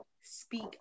speak